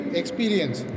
experience